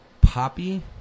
poppy